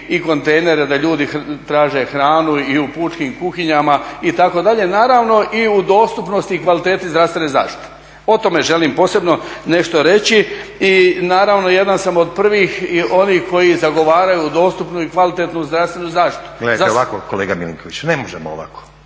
i kontejnera, da ljudi traže hranu i u pučkim kuhinjama itd. Naravno i u dostupnosti i kvaliteti zdravstvene zaštite. O tome želim posebno nešto reći. Naravno jedan sam od prvih onih koji zagovaraju dostupnu i kvalitetnu zdravstvenu zaštitu. **Stazić, Nenad (SDP)** Gledajte ovako kolega Milinkoviću, ne možemo ovako,